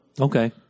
Okay